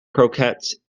croquettes